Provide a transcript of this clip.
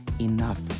enough